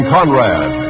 Conrad